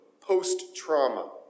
post-trauma